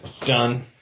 Done